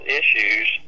issues